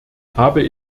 habe